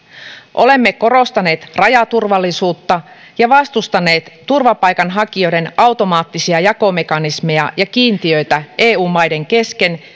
olemme korostaneet rajaturvallisuutta ja vastustaneet turvapaikanhakijoiden automaattisia jakomekanismeja ja kiintiöitä eu maiden kesken